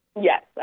Yes